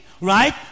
Right